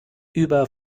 über